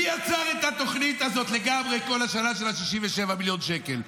מי עצר את התוכנית הזאת של 67 מיליון שקל,